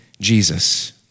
Jesus